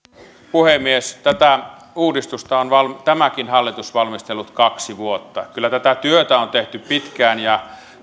puhemies tätä uudistusta on tämäkin hallitus valmistellut kaksi vuotta kyllä tätä työtä on tehty pitkään